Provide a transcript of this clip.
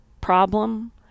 problem